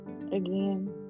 again